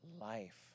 life